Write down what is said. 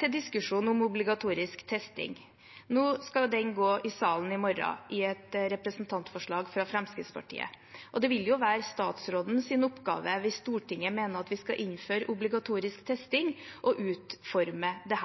Til diskusjonen om obligatorisk testing: Nå skal den gå i salen i morgen, under behandlingen av et representantforslag fra Fremskrittspartiet. Det vil jo være statsrådens oppgave, hvis Stortinget mener at vi skal innføre obligatorisk testing, å utforme det.